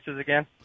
again